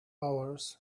hours